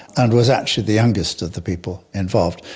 and was actually the youngest of the people involved.